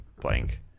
blank